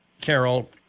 Carol